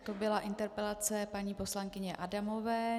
To byla interpelace paní poslankyně Adamové.